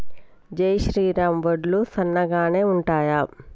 జై శ్రీరామ్ వడ్లు సన్నగనె ఉంటయా?